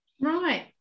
Right